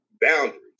boundaries